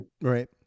Right